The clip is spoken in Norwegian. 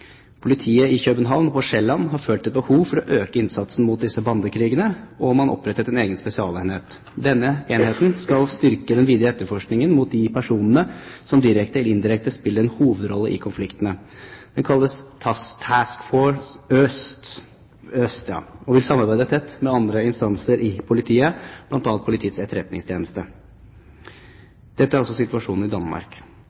Politiet i København og på Sjælland følte et behov for å øke innsatsen mot disse bandekrigene, og man opprettet en egen spesialenhet. Denne enheten skal styrke den videre etterforskningen mot de personene som direkte eller indirekte spiller en hovedrolle i konfliktene. Den kalles «Task Force Øst» og vil samarbeide tett med andre instanser i politiet, bl.a. med Politiets